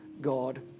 God